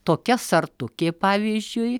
tokia sartukė pavyzdžiui